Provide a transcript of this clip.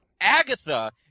Agatha